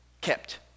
kept